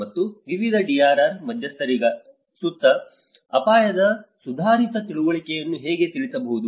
ಮತ್ತು ವಿವಿಧ DRR ಮಧ್ಯಸ್ಥಗಾರರ ಸುತ್ತ ಅಪಾಯದ ಸುಧಾರಿತ ತಿಳುವಳಿಕೆಯನ್ನು ಹೇಗೆ ತಿಳಿಸಬಹುದು